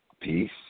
Peace